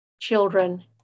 children